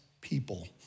people